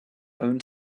own